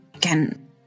can-